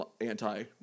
anti